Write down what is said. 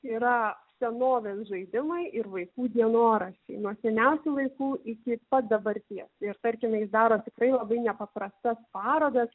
yra senovės žaidimai ir vaikų dienoraščiai nuo seniausių laikų iki pat dabarties ir tarkime jis daro tikrai labai nepaprastas parodas